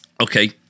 Okay